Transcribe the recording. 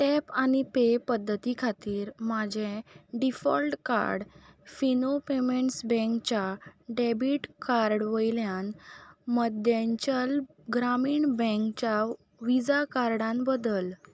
tap आनी pay पद्दती खातीर म्हाजें डिफॉल्ट कार्ड फिनो पेमँट्स बँकच्या डॅबीट कार्ड वयल्यान मद्द्यांचल ग्रामीण बँकच्या विजा कार्डान बदल